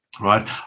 right